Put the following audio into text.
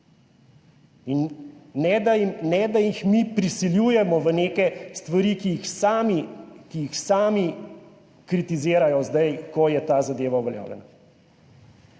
ne da jih mi prisiljujemo v neke stvari, ki jih sami, ki jih sami kritizirajo zdaj, ko je ta zadeva uveljavljena.